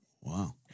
Wow